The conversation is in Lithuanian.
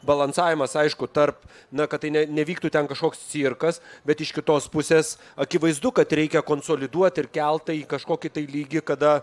balansavimas aišku tarp na kad tai ne nevyktų ten kažkoks cirkas bet iš kitos pusės akivaizdu kad reikia konsoliduot ir kelt tai į kažkokį tai lygį kada